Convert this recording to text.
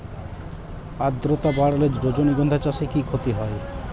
আদ্রর্তা বাড়লে রজনীগন্ধা চাষে কি ক্ষতি হয়?